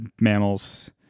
mammals